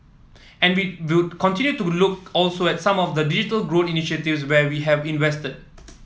and we would continue to look also at some of the digital growth initiatives where we have invested